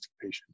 patient